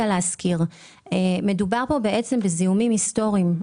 מדובר בזיהומים היסטוריים.